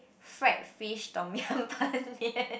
fried fish tom-yam Ban-Mian